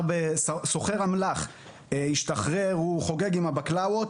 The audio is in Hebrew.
סוחר אמל"ח, השתחרר והוא חוגג עם הבקלאוות